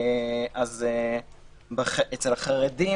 הם שאצל החרדים,